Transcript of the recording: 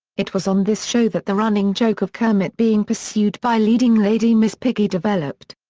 it was on this show that the running joke of kermit being pursued by leading lady miss piggy developed.